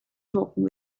talking